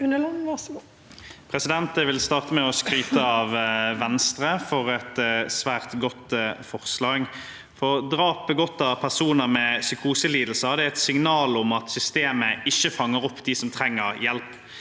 Jeg vil starte med å skryte av Venstre for et svært godt forslag. Drap begått av personer med psykoselidelser er et signal om at systemet ikke fanger opp dem som trenger hjelp.